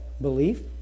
belief